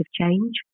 change